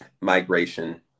migration